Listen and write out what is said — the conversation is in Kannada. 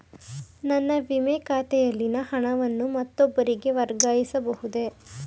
ನನ್ನ ವಿಮೆ ಖಾತೆಯಲ್ಲಿನ ಹಣವನ್ನು ಮತ್ತೊಬ್ಬರಿಗೆ ವರ್ಗಾಯಿಸ ಬಹುದೇ?